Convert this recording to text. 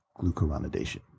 glucuronidation